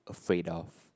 afraid of